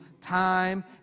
Time